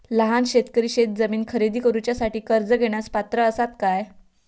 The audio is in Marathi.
लहान शेतकरी शेतजमीन खरेदी करुच्यासाठी कर्ज घेण्यास पात्र असात काय?